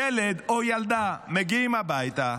ילד או ילדה מגיעים הביתה